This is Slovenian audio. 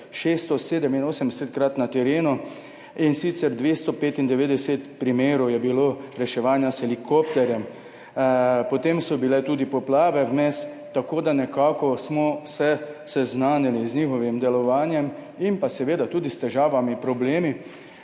2023 687-krat na terenu, in sicer 295 primerov je bilo reševanja s helikopterjem. Potem so bile vmes tudi poplave, tako da smo se seznanili z njihovim delovanjem in seveda tudi s težavami, problemi.